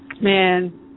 Man